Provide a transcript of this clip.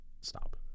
Stop